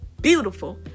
beautiful